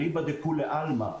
אליבא לכולי עלמא,